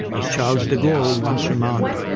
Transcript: as charles de gaulle once remarked,